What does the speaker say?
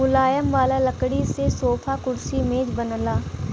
मुलायम वाला लकड़ी से सोफा, कुर्सी, मेज बनला